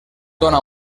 dóna